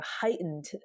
heightened